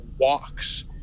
walks